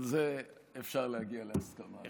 על זה אפשר להגיע להסכמה.